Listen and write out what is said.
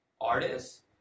artists